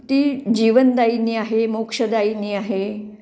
ती जीवनदायिनी आहे मोक्षदायिनी आहे